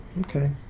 Okay